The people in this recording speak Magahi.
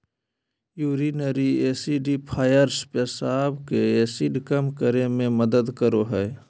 यूरिनरी एसिडिफ़ायर्स पेशाब के एसिड कम करे मे मदद करो हय